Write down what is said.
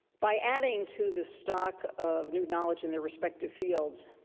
by adding to the stock of new knowledge in their respective fields,